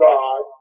God